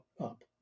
up